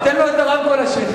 תן לו את המיקרופון השני.